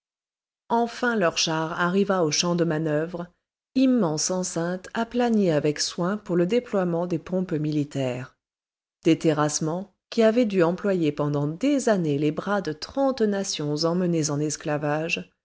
enfin le char arriva au champ de manœuvre immense enceinte aplanie avec soin pour le déploiement des pompes militaires des terrassements qui avaient dû employer pendant des années les bras de trente nations emmenées en esclavage